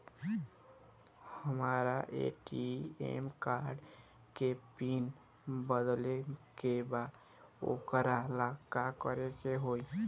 हमरा ATM card के PIN बदले के बा वोकरा ला का करे के होई?